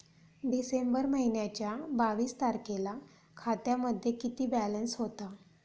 डिसेंबर महिन्याच्या बावीस तारखेला खात्यामध्ये किती बॅलन्स होता?